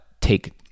take